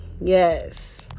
Yes